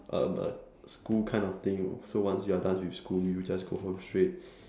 a a school kind of thing so once you're done with school you just go home straight